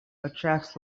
attracts